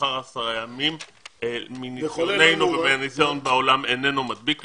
לאחר עשרה ימים מניסיוננו ומהניסיון בעולם איננו מדביק יותר,